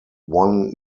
won